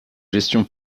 gestion